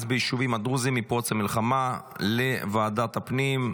ביישובים דרוזיים מפרוץ המלחמה לוועדת הפנים.